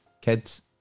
kids